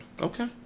okay